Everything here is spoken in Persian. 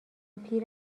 پیر